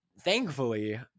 thankfully